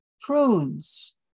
prunes